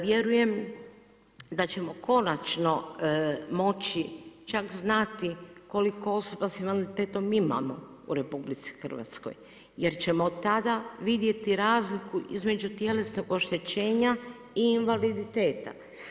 Vjerujem da ćemo konačno moći čak znati koliko osoba sa invaliditetom imamo u RH jer ćemo tada vidjeti razliku između tjelesnog oštećenja i invaliditeta.